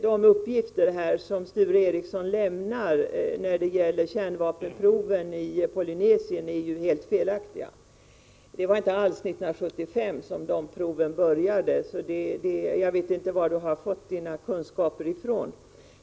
De uppgifter som Sture Ericson lämnar om kärnvapenproven i Polynesien är helt felaktiga. Proven började inte utföras 1975.